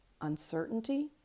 uncertainty